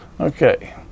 Okay